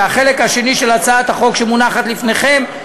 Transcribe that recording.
והחלק השני של הצעת החוק שמונחת לפניכם,